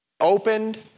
opened